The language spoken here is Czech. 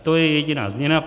To je jediná změna.